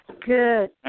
Good